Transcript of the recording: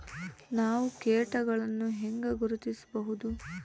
ನಾವು ಕೇಟಗಳನ್ನು ಹೆಂಗ ಗುರ್ತಿಸಬಹುದು?